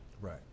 Right